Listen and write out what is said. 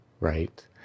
Right